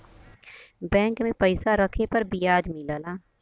bank में पइसा रखे पर बियाज मिलला